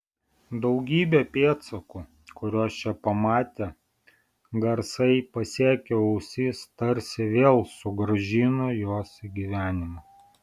daugybė pėdsakų kuriuos čia pamatė garsai pasiekę ausis tarsi vėl sugrąžino juos į gyvenimą